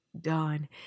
done